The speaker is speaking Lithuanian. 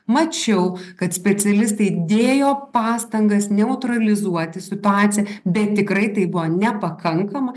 mačiau kad specialistai dėjo pastangas neutralizuoti situaciją bet tikrai tai buvo nepakankama